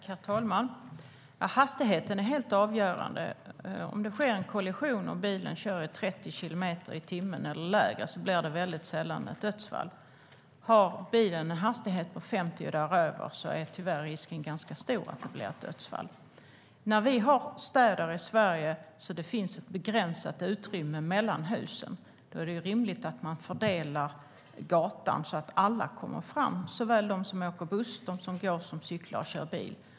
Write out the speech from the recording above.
Herr talman! Hastigheten är helt avgörande. Om det sker en kollision och bilen kör 30 kilometer i timmen eller lägre blir det väldigt sällan ett dödsfall. Men om bilen har en hastighet på 50 kilometer i timmen eller mer är risken tyvärr ganska stor att det blir ett dödsfall. Vi har städer i Sverige, och utrymmet mellan husen är begränsat. Då är det rimligt att man fördelar gatan så att alla kommer fram, såväl de som åker buss som de som går, cyklar eller kör bil.